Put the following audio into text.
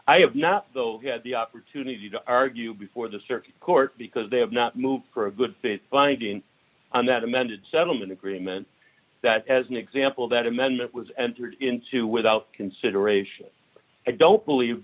i have not had the opportunity to argue before the circuit court because they have not moved for a good faith finding and that amended settlement agreement that as an example that amendment was entered into without consideration i don't believe